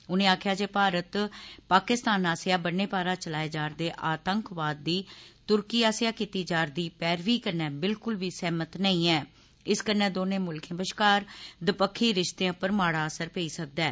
उनें आक्खेआ जे भारत पाकिस्तान आस्सेआ बन्ने पारा चलाए जारदे आतंकवाद दी तुर्की आस्सेआ कीती जारदी पैरवी कन्नै बिलकुल बी सहमत नेई ऐ इस कन्नै दौने मुल्खें बश्कार दपक्खी रिश्तें उप्पर माड़ा असर पेई सकदा ऐ